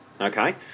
Okay